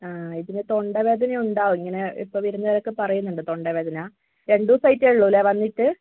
ആ ഇതിന് തൊണ്ടവേദന ഉണ്ടാവും ഇങ്ങനെ ഇപ്പോൾ വരുന്നവരൊക്കെ പറയുന്നുണ്ട് ഇങ്ങനെ തൊണ്ടവേദന രണ്ട് ദിവസം ആയിട്ടേ ഉള്ളൂ അല്ലേ വന്നിട്ട്